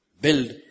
Build